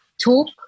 talk